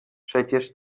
przecież